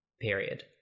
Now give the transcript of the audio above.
period